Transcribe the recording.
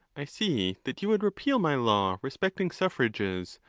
i see that you would repeal my law respecting suffrages,